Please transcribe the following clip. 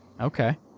Okay